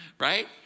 Right